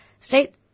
state